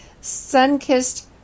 sun-kissed